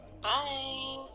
Bye